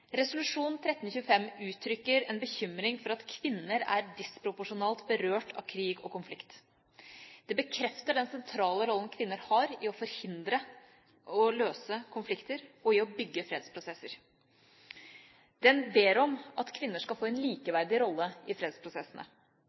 Resolusjon 1325 uttrykker en bekymring for at kvinner er disproporsjonalt berørt av krig og konflikt. Det bekrefter den sentrale rollen kvinner har i å forhindre og løse konflikter og i å bygge fredsprosesser. Den ber om at kvinner skal få en likeverdig rolle i fredsprosessene,